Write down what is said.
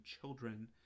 children